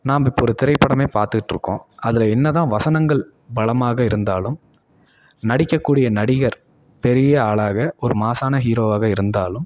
நாம் இப்போ ஒரு திரைப்படமே பார்த்துட்ருக்கோம் அதில் என்னதான் வசனங்கள் பலமாக இருந்தாலும் நடிக்கக்கூடிய நடிகர் பெரிய ஆளாக ஒரு மாசான ஹீரோவாக இருந்தாலும்